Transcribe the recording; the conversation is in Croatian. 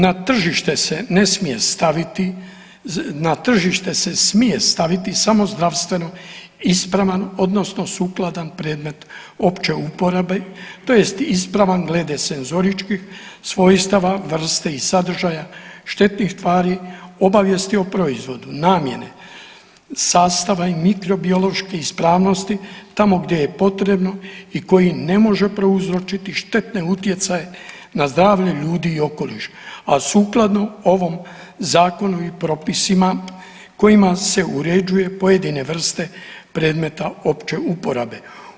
Na tržište se smije staviti samo zdravstveno ispravan, odnosno sukladan predmet opće uporabe, tj. ispravan glede senzoričkih svojstava, vrste i sadržaja, štetnih tvari, obavijesti o proizvodu, namjene, sastava i mikro biološke ispravnosti tamo gdje je potrebno i koji ne može prouzročiti štetne utjecaje na zdravlje ljudi i okoliš, a sukladno ovom zakonu i propisima kojima se uređuje pojedine vrste predmeta opće uporabe.